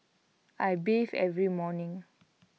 I bathe every morning